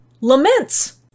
laments